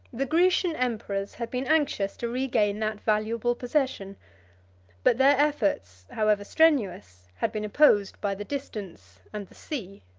the grecian emperors had been anxious to regain that valuable possession but their efforts, however strenuous, had been opposed by the distance and the sea.